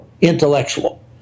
intellectual